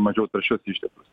mažiau taršius išteklius